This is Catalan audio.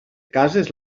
cases